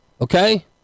Okay